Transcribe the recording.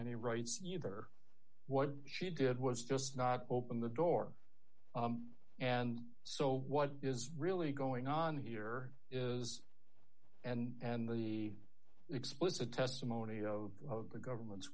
any rights uber what she did was just not open the door and so what is really going on here is and the explicit testimony of the government's